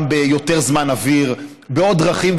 גם ביותר זמן אוויר ובעוד דרכים,